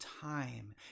time